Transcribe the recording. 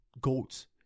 GOATs